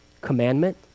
commandment